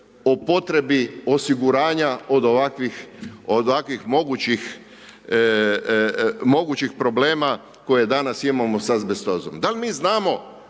o potrebi osiguranja od ovakvih mogućih problema koje danas imamo sa asbestozom. Da li mi znamo